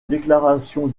déclaration